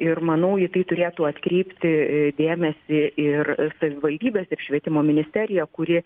ir manau į tai turėtų atkreipti dėmesį ir savivaldybės ir švietimo ministerija kurie